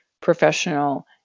professional